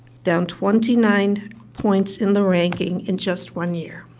down twenty nine points in the ranking in just one year.